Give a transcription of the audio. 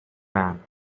man